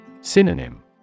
Synonym